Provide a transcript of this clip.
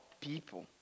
people